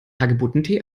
hagebuttentee